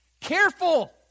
careful